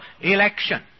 election